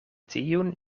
tiun